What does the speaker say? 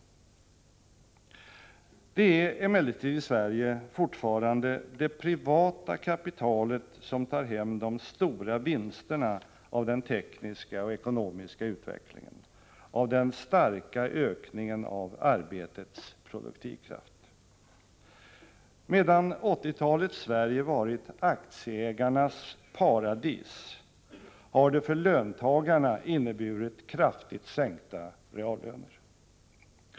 I Sverige är det emellertid fortfarande det privata kapitalet som tar hem de stora vinsterna av den tekniska och ekonomiska utvecklingen, av den starka ökningen av arbetets produktivkraft. Medan 1980-talets Sverige har varit aktieägarnas paradis, har det för löntagarna inneburit kraftigt sänkta reallöner.